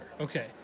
okay